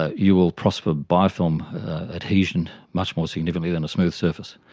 ah you will prosper biofilm adhesion much more significantly than a smooth surface.